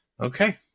Okay